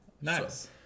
nice